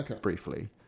briefly